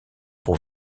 pour